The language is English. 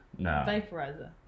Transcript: Vaporizer